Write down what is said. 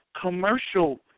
commercial